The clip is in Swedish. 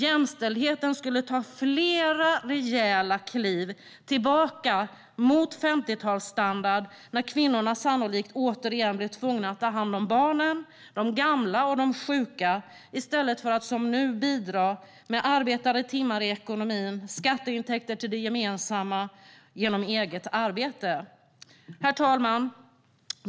Jämställdheten skulle dessutom ta flera rejäla kliv tillbaka mot 50-talsstandard när kvinnorna sannolikt återigen blev tvungna att ta hand om barnen, de gamla och de sjuka i stället för att som nu bidra med arbetade timmar i ekonomin och skatteintäkter till det gemensamma genom eget arbete. Herr talman!